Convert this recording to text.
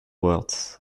worth